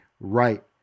right